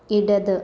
ഇടത്